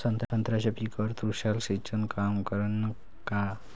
संत्र्याच्या पिकावर तुषार सिंचन काम करन का?